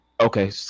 Okay